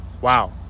wow